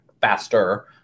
faster